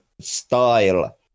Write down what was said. style